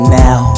now